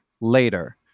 later